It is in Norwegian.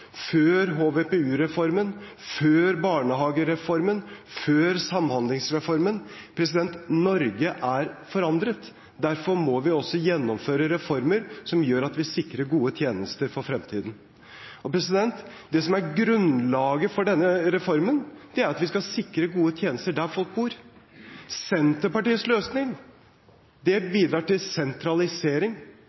før HVPU-reformen, før barnehagereformen, før samhandlingsreformen. Norge er forandret. Derfor må vi også gjennomføre reformer som gjør at vi sikrer gode tjenester for fremtiden. Det som er grunnlaget for denne reformen, er at vi skal sikre gode tjenester der folk bor. Senterpartiets løsning bidrar til sentralisering.